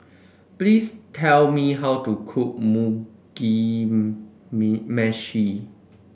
please tell me how to cook Mugi Meshi